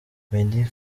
meddie